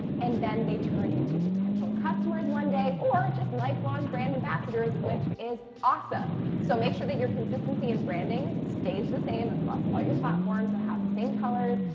and then they turn into potential customers one day or just lifelong brand ambassadors, which is awesome. so make make sure that your consistency and branding stays the same across all your platforms, so have the same colors,